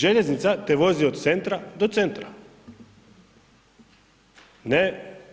Željeznica te vozi od centra do centra, ne